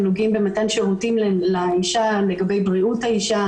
נוגעים למתן שירותים לאישה לגבי בריאות האישה